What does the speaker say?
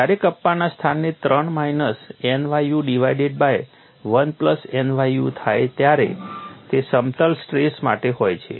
જ્યારે કપ્પાના સ્થાને 3 માઇનસ nyu ડિવાઇડેડ બાય 1પ્લસ nyu થાય ત્યારે તે સમતલ સ્ટ્રેસ માટે હોય છે